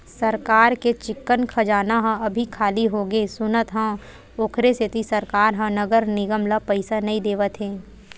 सरकार के चिक्कन खजाना ह अभी खाली होगे सुनत हँव, ओखरे सेती सरकार ह नगर निगम ल पइसा नइ देवत हे